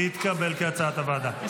כהצעת הוועדה,